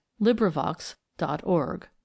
LibriVox.org